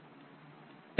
तो हम थायमिन देख सकते हैं